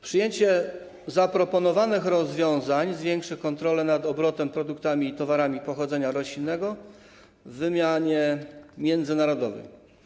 Przyjęcie zaproponowanych rozwiązań zwiększy kontrolę nad obrotem produktami i towarami pochodzenia roślinnego w wymianie międzynarodowej.